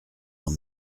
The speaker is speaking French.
dans